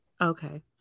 Okay